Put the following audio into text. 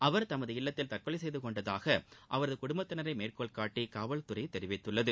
அவர் தமது இல்லத்தில் தற்கொலை செய்து கொண்டதாக அவரது குடுப்பத்தினரை மேற்கோள்காட்டி காவல்துறை தெரிவித்துள்ளது